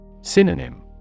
Synonym